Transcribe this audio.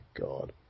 God